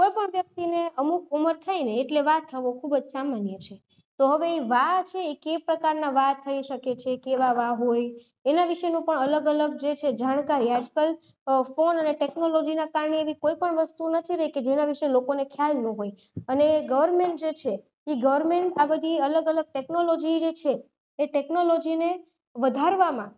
કોઈપણ વ્યક્તિને અમુક ઉંમર થાય ને એટલે વા થવો ખૂબ જ સામાન્ય છે તો હવે એ વા છે એ કે પ્રકારના વા થઈ શકે છે કેવા વા હોય એના વિશેનું પણ અલગ અલગ જે છે જાણકારી આજકાલ ફોન અને ટેકનોલોજીનાં કારણે એવી કોઈપણ વસ્તુ નથી રહી કે જેના વિશે લોકોને ખ્યાલ ન હોય અને ગવર્મેન્ટ જે છે એ ગવર્મેન્ટ આ બધી અલગ અલગ ટેકનોલોજી જે છે એ ટેકનોલોજીને વધારવામાં